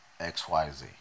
xyz